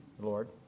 Lord